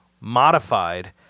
Modified